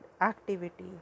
activity